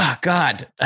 God